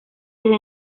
desde